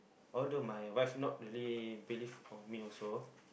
although my wife not really believe of me also